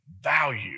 value